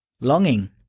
Longing